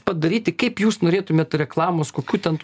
padaryti kaip jūs norėtumėt reklamos kokių ten